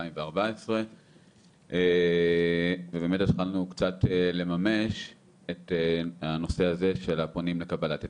מ-2014 ובאמת התחלנו קצת לממש את הנושא הזה של הפונים לקבלת היתרים.